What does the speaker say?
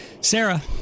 Sarah